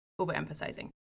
overemphasizing